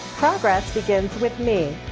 progress begins with me.